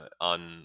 on